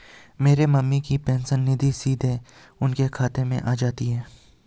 मेरी मम्मी की पेंशन निधि सीधे उनके खाते में आ जाती है